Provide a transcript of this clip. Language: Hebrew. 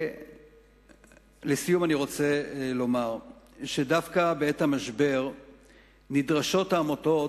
לסיום אני רוצה לומר שדווקא בעת המשבר נדרשות העמותות